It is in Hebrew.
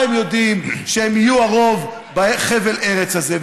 הם יודעים שהם יהיו הרוב בחבל הארץ הזה.